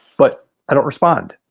but i don't respond.